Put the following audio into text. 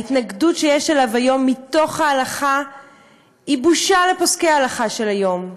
ההתנגדות שיש לו היום מתוך ההלכה היא בושה לפוסקי ההלכה של היום.